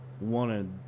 wanted